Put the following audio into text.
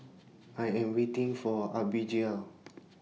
I Am waiting For Abbigail